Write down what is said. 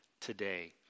today